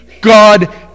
God